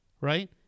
right